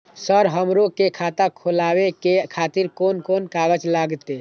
Sir हमरो के खाता खोलावे के खातिर कोन कोन कागज लागते?